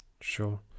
sure